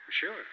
Sure